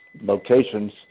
locations